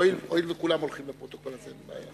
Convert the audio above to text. הואיל וכולן הולכות לפרוטוקול, אין בעיה.